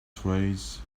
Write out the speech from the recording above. trays